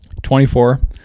24